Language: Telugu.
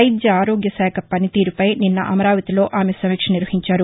వైద్య ఆరోగ్య శాఖ పనితీరుపై నిన్న అమరావతిలో ఆమె సమీక్షించారు